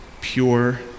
pure